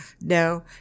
No